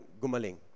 gumaling